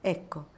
Ecco